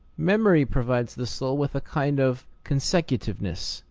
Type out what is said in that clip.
memory provides the soul with a kind of consecu tiveness,